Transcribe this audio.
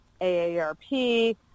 AARP